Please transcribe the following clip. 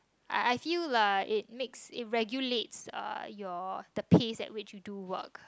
I I feel lah it makes it regulates uh your the pace which you do work